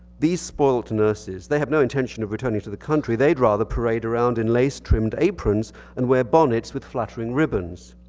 these spoiled nurses. they have no intention of returning to the country. they'd rather parade around in lace-trimmed aprons and wear bonnets with flattering ribbons.